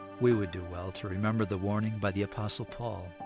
we would do well to remember the warning by the apostle paul.